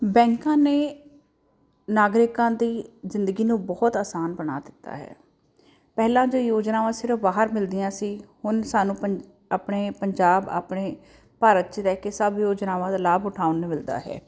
ਬੈਂਕਾਂ ਨੇ ਨਾਗਰਿਕਾਂ ਦੀ ਜ਼ਿੰਦਗੀ ਨੂੰ ਬਹੁਤ ਆਸਾਨ ਬਣਾ ਦਿੱਤਾ ਹੈ ਪਹਿਲਾਂ ਜੋ ਯੋਜਨਾਵਾਂ ਸਿਰਫ਼ ਬਾਹਰ ਮਿਲਦੀਆਂ ਸੀ ਹੁਣ ਸਾਨੂੰ ਆਪਣੇ ਪੰਜਾਬ ਆਪਣੇ ਭਾਰਤ 'ਚ ਰਹਿ ਕੇ ਸਭ ਯੋਜਨਾਵਾਂ ਦਾ ਲਾਭ ਉਠਾਉਣ ਨੂੰ ਮਿਲਦਾ ਹੈ